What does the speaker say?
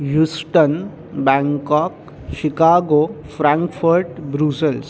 Houston Bangkok Chicago Frankfurt Brussels